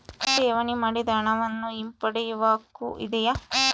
ಠೇವಣಿ ಮಾಡಿದ ಹಣವನ್ನು ಹಿಂಪಡೆಯವ ಹಕ್ಕು ಇದೆಯಾ?